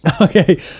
Okay